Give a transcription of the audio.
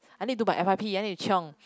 I need do my f_y_p I need to chiong